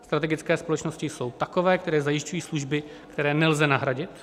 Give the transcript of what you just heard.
Strategické společnosti jsou takové, které zajišťující služby, které nelze nahradit.